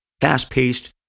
fast-paced